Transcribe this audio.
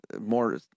more